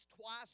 twice